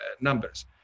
numbers